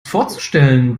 vorzustellen